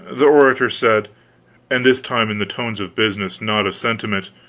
the orator said and this time in the tones of business, not of sentiment